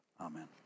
Amen